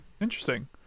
Interesting